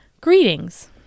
Greetings